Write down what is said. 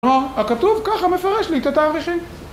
כלומר, הכתוב ככה מפרש לי את התאריכים